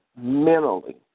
mentally